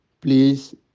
please